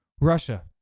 Russia